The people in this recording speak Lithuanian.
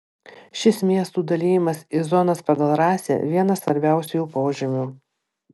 šis miestų dalijimas į zonas pagal rasę vienas svarbiausiųjų požymių